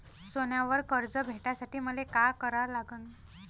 सोन्यावर कर्ज भेटासाठी मले का करा लागन?